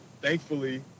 thankfully –